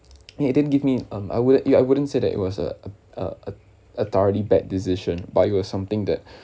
it didn't give me um I wouldn't you I wouldn't said it was a a a thoroughly bad decision but it was something that